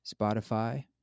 Spotify